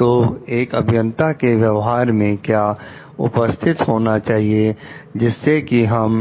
तो एक अभियंता के व्यवहार में क्या उपस्थित होना चाहिए जिससे कि हम